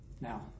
Now